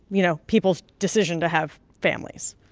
you know, people's decision to have families?